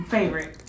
Favorite